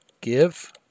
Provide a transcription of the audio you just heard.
Give